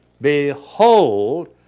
Behold